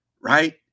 right